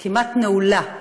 כמעט נעולה.